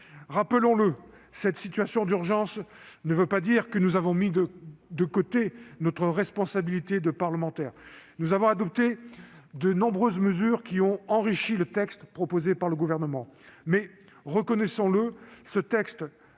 Rappelons-le, la situation d'urgence ne veut pas dire que nous avons mis de côté notre responsabilité de parlementaires. Nous avons adopté de nombreuses mesures, qui ont enrichi le texte proposé par le Gouvernement. Reconnaissons toutefois